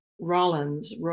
Rollins